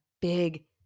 big